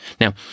Now